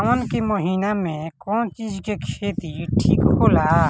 सावन के महिना मे कौन चिज के खेती ठिक होला?